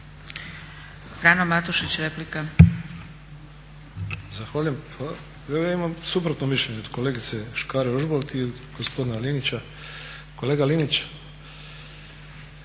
Frano (HDZ)** Zahvaljujem. Pa ja imam suprotno mišljenje od kolegice Škare-Ožbolt i gospodina Linića. Kolega Linić,